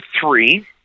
three